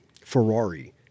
Ferrari